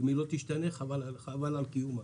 אם היא לא תשתנה, חבל על קיומה.